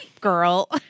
girl